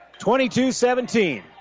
22-17